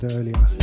earlier